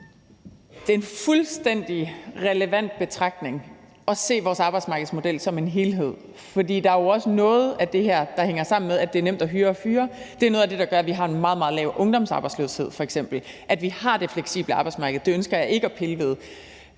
Det er en fuldstændig relevant betragtning at se vores arbejdsmarkedsmodel som en helhed, for der er jo også noget af det her, der hænger sammen med, at det er nemt at hyre og fyre. Det er noget af det, der gør, at vi f.eks. har en meget, meget lav ungdomsarbejdsløshed, altså at vi har det fleksible arbejdsmarked. Det ønsker jeg ikke at pille ved.